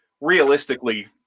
realistically